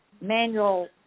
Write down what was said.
manual